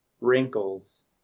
Wrinkles